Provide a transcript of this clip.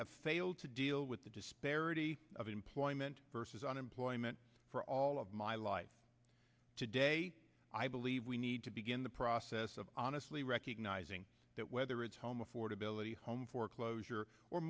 have failed to deal with the disparity of employment versus unemployment for all of my life today i believe we need to begin the process of honestly recognizing that whether it's home affordability home foreclosure or